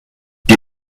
die